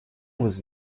was